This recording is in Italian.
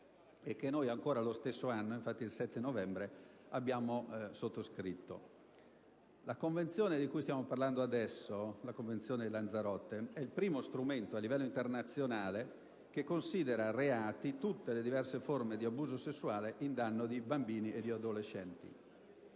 e che noi, lo stesso anno, il 7 novembre, abbiamo sottoscritto. La Convenzione di cui stiamo parlando adesso, la Convenzione di Lanzarote, è il primo strumento a livello internazionale che considera reati tutte le diverse forme di abuso sessuale in danno di bambini e di adolescenti.